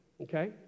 okay